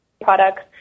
products